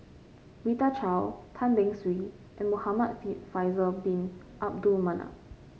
Rita Chao Tan Beng Swee and Muhamad Faisal bin Abdul Manap